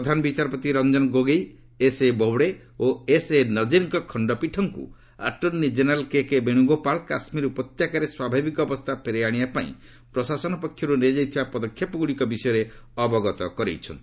ପ୍ରଧାନ ବିଚାରପତି ରଞ୍ଜନ ଗୋଗୋଇ ଏସ୍ଏ ବୋବଡେ ଓ ଏସ୍ଏ ନଜିରଙ୍କ ଖଣ୍ଡପୀଠଙ୍କୁ attorney general K K Venugopal Kashmir ଉପତ୍ୟକାରେ ସ୍ୱାଭାବିକ ଅବସ୍ଥା ଫେରାଇ ଆଶିବା ପାଇଁ ପ୍ରଶାସନ ପକ୍ଷରୁ ନିଆଯାଇଥିବା ପଦକ୍ଷେପଗୁଡ଼ିକ ବିଷୟରେ ଅବଗତ କରାଇଛନ୍ତି